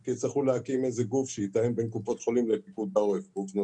כי יצטרכו להקים איזה גוף שיתאם בין קופות החולים לפיקוד העורף,